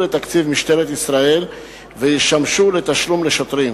לתקציב משטרת ישראל וישמשו לתשלום לשוטרים,